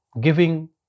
giving